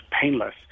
painless